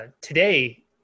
today